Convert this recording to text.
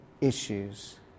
issues